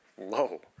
low